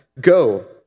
Go